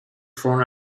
from